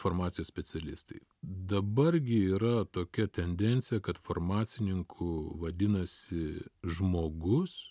farmacijos specialistai dabar gi yra tokia tendencija kad farmacininku vadinasi žmogus